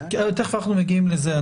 תכף אנחנו מגיעים לזה.